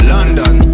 London